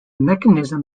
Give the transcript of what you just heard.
mechanism